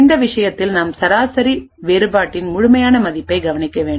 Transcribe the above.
இந்த விஷயத்தில் நாம் சராசரி வேறுபாட்டின் முழுமையான மதிப்பைக் கவனிக்க வேண்டும்